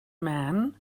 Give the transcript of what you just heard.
man